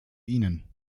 ihnen